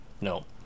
no